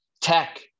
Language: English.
tech